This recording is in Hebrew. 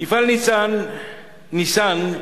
מפעל "ניסן"